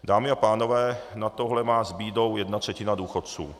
Dámy a pánové, na tohle má s bídou jedna třetina důchodců.